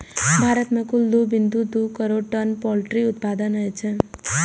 भारत मे कुल दू बिंदु दू करोड़ टन पोल्ट्री उत्पादन होइ छै